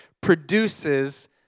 produces